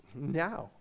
Now